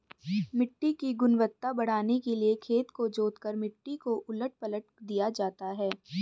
मिट्टी की गुणवत्ता बढ़ाने के लिए खेत को जोतकर मिट्टी को उलट पलट दिया जाता है